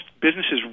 businesses